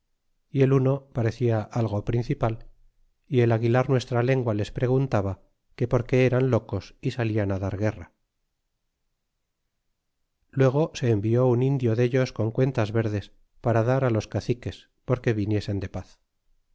y el uno pare cia algo principal y el aguilar nuestra lengua les preguntaba d que por qué eran locos y saltan dar guerra luego se envió un indio dellos con cuentas verdes para dar los caciques porque viniesen de paz